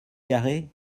carré